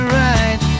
right